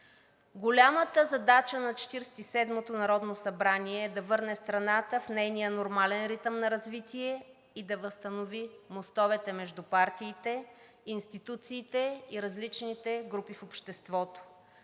Голямата задача на Четиридесет и седмото народно събрание е да върне страната в нейния нормален ритъм на развитие и да възстанови мостовете между партиите, институциите и различните групи в обществото.